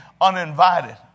uninvited